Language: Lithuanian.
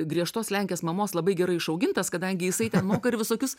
griežtos lenkės mamos labai gerai išaugintas kadangi jisai ten moka ir visokius